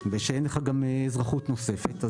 ושאין לך אזרחות נוספת.